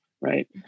right